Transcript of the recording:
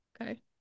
Okay